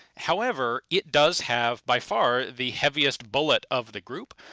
however it does have by far the heaviest bullet of the group,